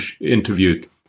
interviewed